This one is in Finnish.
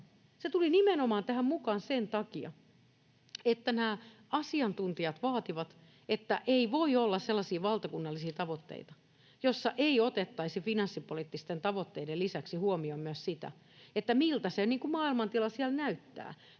Se tuli tähän mukaan nimenomaan sen takia, että nämä asiantuntijat vaativat, että ei voi olla sellaisia valtakunnallisia tavoitteita, joissa ei otettaisi finanssipoliittisten tavoitteiden lisäksi huomioon myös sitä, miltä se maailman tila siellä näyttää,